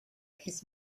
his